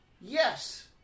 Yes